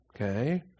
Okay